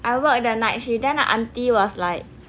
I work at the night shift then the aunty was like